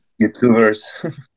youtubers